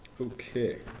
Okay